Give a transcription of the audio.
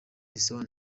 cristiano